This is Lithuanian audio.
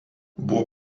buvo